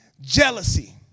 jealousy